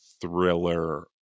thriller